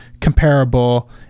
comparable